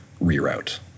reroute